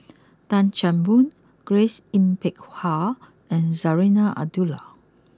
Tan Chan Boon Grace Yin Peck Ha and Zarinah Abdullah